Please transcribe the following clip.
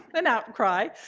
an outcry.